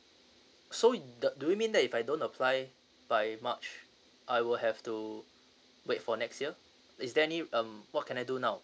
so the do you mean that if I don't apply by march I will have to wait for next year is there any um what can I do now